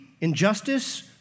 injustice